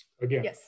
Again